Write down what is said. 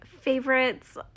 favorites